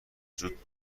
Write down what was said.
زود